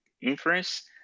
inference